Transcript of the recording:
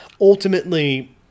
Ultimately